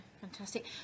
fantastic